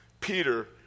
Peter